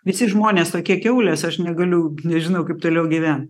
visi žmonės tokie kiaulės aš negaliu nežinau kaip toliau gyven